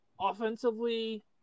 offensively